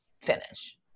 finish